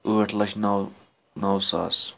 ٲٹھ لچھ نو نو ساس